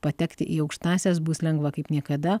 patekti į aukštąsias bus lengva kaip niekada